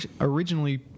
originally